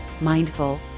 Mindful